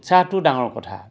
উৎসাহটো ডাঙৰ কথা